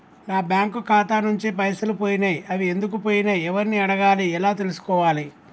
నా బ్యాంకు ఖాతా నుంచి పైసలు పోయినయ్ అవి ఎందుకు పోయినయ్ ఎవరిని అడగాలి ఎలా తెలుసుకోవాలి?